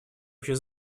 общей